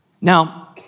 Now